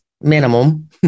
minimum